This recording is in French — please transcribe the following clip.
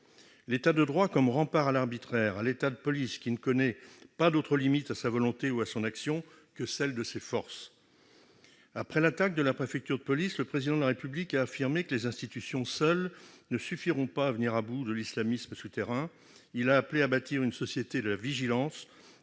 l'État de droit comme rempart à l'arbitraire, à l'État de police qui ne connaît pas d'autre limite à sa volonté ou à son action que celle de ses forces. Après l'attaque de la préfecture de police, le Président de la République a affirmé que les institutions seules ne suffiront pas à venir à bout de l'islamisme souterrain. Il a appelé « à bâtir une société de la vigilance